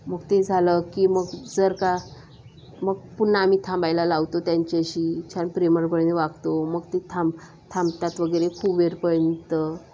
मग ते झालं की मग जर का मग पुन्हा आम्ही थांबायला लावतो त्यांच्याशी छान प्रेमळपणाने वागतो मग ते थांब थांबतात वगैरे खूप वेळपर्यंत